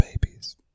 babies